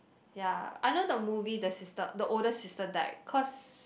ya I know the movie the sister the older sister died cause